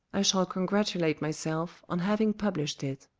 i shall congratulate myself on having published it.